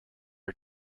are